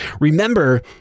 Remember